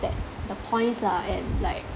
that the points lah and like